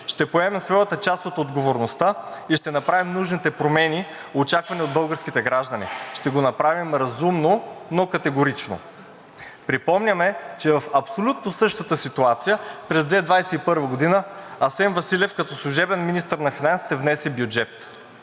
ще поемем своята част от отговорността и ще направим нужните промени, очаквани от българските граждани. Ще го направим разумно, но категорично. Припомняме, че в абсолютно същата ситуация през 2021 г. Асен Василев като служебен министър на финансите внесе бюджет